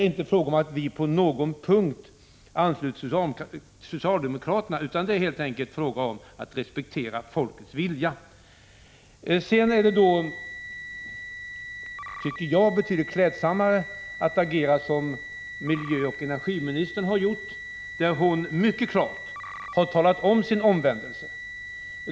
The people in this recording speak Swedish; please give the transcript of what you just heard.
Vi ansluter oss alltså inte på någon punkt till socialdemokraterna, utan det är helt enkelt fråga om att respektera folkets vilja. Jag tycker att det är betydligt klädsammare att agera som miljöoch energiministern har gjort, nämligen att mycket klart tala om sin omvändelse.